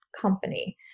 company